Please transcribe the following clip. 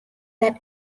that